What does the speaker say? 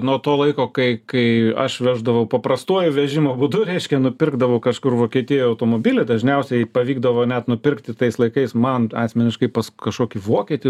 nuo to laiko kai kai aš veždavau paprastuoju vežimo būdu reiškia nupirkdavau kažkur vokietijoj automobilį dažniausiai pavykdavo net nupirkti tais laikais man asmeniškai pas kažkokį vokietį